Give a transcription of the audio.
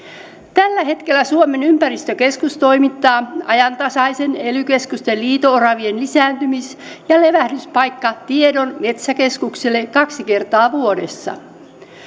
tällä hetkellä suomen ympäristökeskus toimittaa ajantasaisen ely keskusten liito oravien lisääntymis ja levähdyspaikkatiedon metsäkeskukselle kaksi kertaa vuodessa